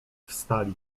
wstali